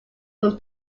from